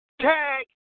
tag